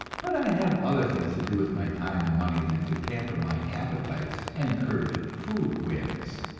but i have other things to do with my time and money than to pamper my appetites and encourage food whims.